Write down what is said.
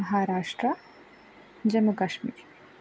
Maharashtra Jammu Kashmir